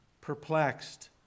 perplexed